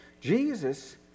Jesus